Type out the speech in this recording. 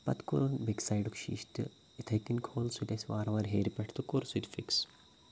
پَتہٕ کوٚرُن بیٚیہِ کہِ سایڈُک شیٖشہِ تہِ یِتھَے کٔنۍ کھول سُہ تہِ اَسہِ وارٕ وارٕ ہیرِ پٮ۪ٹھ تہٕ کوٚر سُہ تہِ فِکٕس